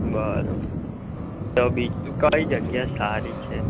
બરાબર તો બીજું કઈ જગ્યા સારી છે